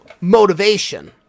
motivation